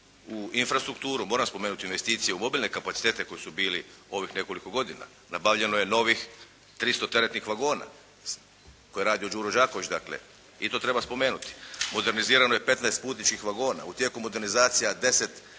u infrastrukturu, moram spomenuti investicije u mobilne kapacitete koji su bili ovih nekoliko godina. Nabavljeno je novih 300 teretnih vagona koje je radio "Đuro Đaković" dakle, i to treba spomenuti. Modernizirano je petnaest putničkih vagona, u tijeku je modernizacija deset